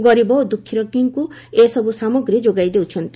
ଗରିବ ଓ ଦୁଖୀରଙିଙ୍ଙୁ ଏ ସବୁ ସାମଗ୍ରୀ ଯୋଗାଇ ଦେଉଛନ୍ତି